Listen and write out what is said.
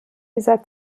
dieser